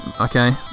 Okay